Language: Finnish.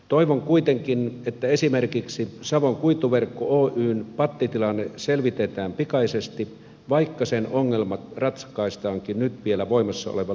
toivon kuitenkin että esimerkiksi savon kuituverkko oyn pattitilanne selvitetään pikaisesti vaikka sen ongelmat ratkaistaankin nyt vielä voimassa olevan lain mukaisesti